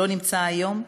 שלא נמצא היום.